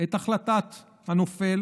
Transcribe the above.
את החלטת הנופל,